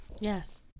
Yes